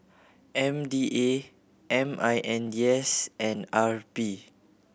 M D A M I N D S and R P